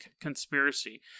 conspiracy